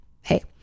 hey